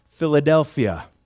Philadelphia